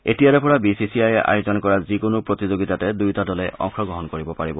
এতিয়াৰেপৰা বিচিচিআইএ আয়োজন কৰা যিকোনো প্ৰতিযোগিতাতে দুয়োটা দলে অংশগ্ৰহণ কৰিব পাৰিব